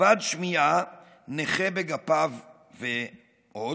כבד שמיעה, נכה בגפיו ועוד,